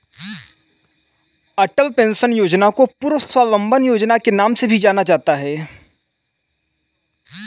अटल pension योजना को पूर्व में स्वाबलंबन योजना के नाम से भी जाना जाता था